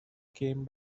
came